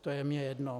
To je mně jedno.